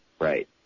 right